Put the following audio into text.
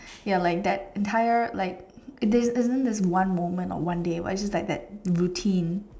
ya like that entire like there isn't this one moment or one day but it's just like that routine